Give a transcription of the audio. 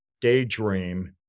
daydream